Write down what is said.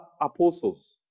apostles